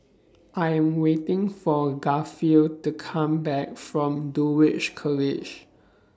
I Am waiting For Garfield to Come Back from Dulwich College